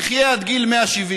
יחיה עד גיל 170,